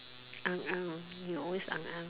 Ang Ang you always Ang Ang